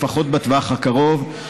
לפחות בטווח הקרוב,